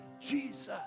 Jesus